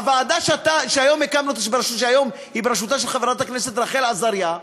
הוועדה שהיום היא בראשות חברת הכנסת רחל עזריה,